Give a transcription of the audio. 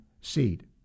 seed